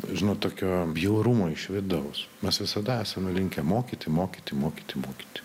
nežinau tokio bjaurumo iš vidaus mes visada esame linkę mokyti mokyti mokyti mokyti